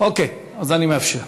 אוקיי, אז אני מאפשר.